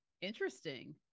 interesting